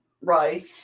Right